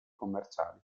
commerciali